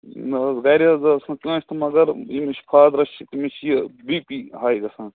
نہَ حظ گَرِ حظ ٲس نہٕ کٲنٛسہِ تہٕ مگر ییٚمِس چھِ فادرَس چھِ تٔمِس چھِ یہِ بی پی ہاے گژھان